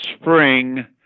spring